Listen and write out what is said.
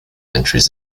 entries